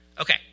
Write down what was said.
Okay